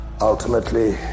Ultimately